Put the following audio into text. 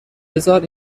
بزار